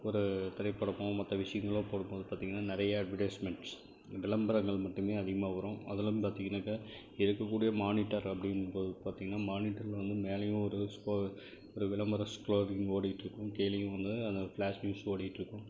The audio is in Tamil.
ஒரு திரைப்படமோ மற்ற விஷயங்களோ போடும்போது பார்த்தீங்கன்னா நிறையா அட்வடைஸ்மென்ட் விளம்பரங்கள் மட்டுமே அதிகமாக வரும் அதிலும் பார்த்தீங்கன்னாக்கா இருக்கக்கூடிய மானிட்டர் அப்படின்னு பார்த்தீங்கன்னா மானிட்டரில் வந்து மேலேயும் ஒரு விளம்பர ஸ்கோரிலிங் ஓடிகிட்டு இருக்கும் கீழேயும் அங்கே ஃபிளாஷ் நியூஸ் ஓடிகிட்டுருக்கும்